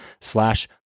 slash